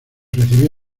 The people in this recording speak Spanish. recibió